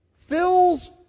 fills